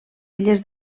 illes